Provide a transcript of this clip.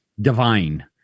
divine